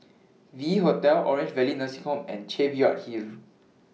V Hotel Orange Valley Nursing Home and Cheviot Hill